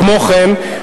כמו כן,